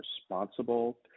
responsible